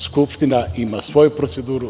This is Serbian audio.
Skupština ima svoju proceduru.